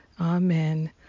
Amen